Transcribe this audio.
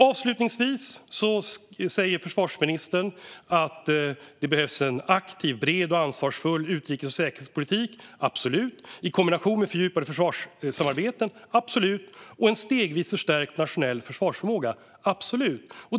Avslutningsvis säger försvarsministern att det behövs "en aktiv, bred och ansvarsfull utrikes och säkerhetspolitik" - absolut - "i kombination med fördjupade försvarssamarbeten" - absolut - "och en stegvis förstärkt nationell försvarsförmåga" - absolut.